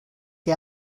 que